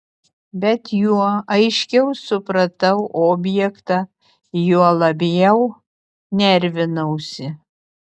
bet juo aiškiau supratau objektą juo labiau nervinausi